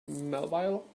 melville